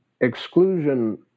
exclusion